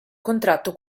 contratto